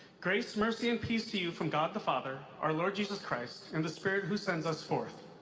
grace, mercy and peace to you from god the father, our lord jesus christ, and the spirit who sends us forth.